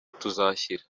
tuzashyira